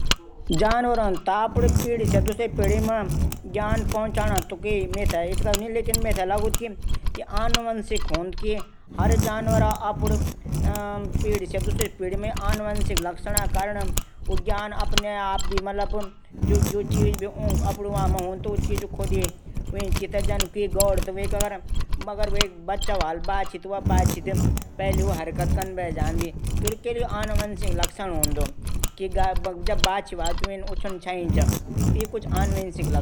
जानवरों एक पीडी से दूशरू पीडी मा ज्ञान पहुचाणू मेथे ना लगदू। लेकिन आनुवांशिक ह्वे सकदू। हर जानवरों को आनुवांशिक लक्षण कारण ऊ मां ऊ चेतना ऊ हरकत पैदा हवे जांदी।